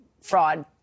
fraud